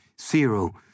Zero